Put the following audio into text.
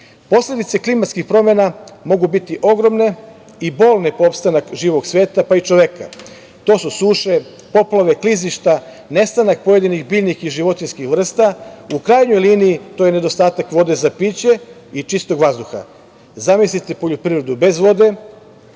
klimatskih promena mogu biti ogromne i bolne po opstanak živog sveta, pa i čoveka. To su suše, poplave, klizišta, nestanak pojedinih biljnih i životinjskih vrsta. U krajnjoj liniji, to je nedostatak vode za piće i čistog vazduha. Zamislite poljoprivredu bez vode?